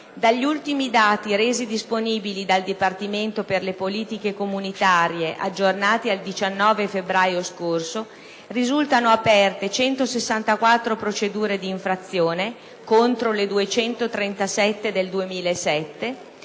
dagli ultimi dati resi disponibili dal Dipartimento per le politiche comunitarie, aggiornati al 19 febbraio scorso, risultano aperte 164 procedure di infrazione (contro le 237 del 2007),